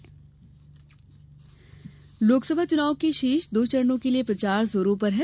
चुनाव प्रचार लोकसभा चुनाव के शेष दो चरणों के लिए प्रचार जोरों पर है